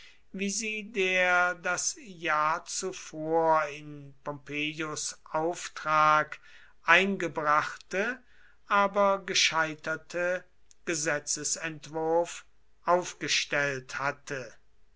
wie sie der das jahr zuvor in pompeius auftrag eingebrachte aber gescheiterte gesetzesentwurf aufgestellt hatte